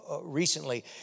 recently